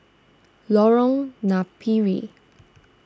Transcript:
Lorong Napiri